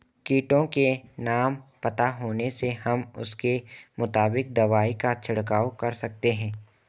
कीटों के नाम पता होने से हम उसके मुताबिक दवाई का छिड़काव कर सकते हैं